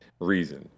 reason